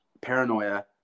paranoia